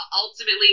ultimately